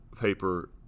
paper